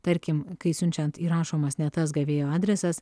tarkim kai siunčiant įrašomas ne tas gavėjo adresas